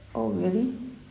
oh really